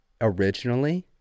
originally